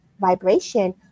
vibration